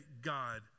God